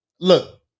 look